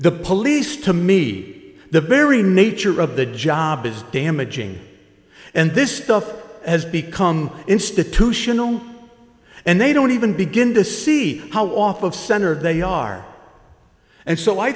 the police to me the very nature of the job is damaging and this stuff has become institutional and they don't even begin to see how off of center they are and so i